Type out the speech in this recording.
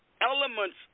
elements